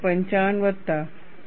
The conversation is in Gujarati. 55 વત્તા 0